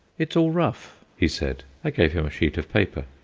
it's all rough, he said. i gave him a sheet of paper.